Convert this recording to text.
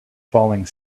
falling